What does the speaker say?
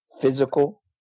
physical